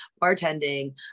bartending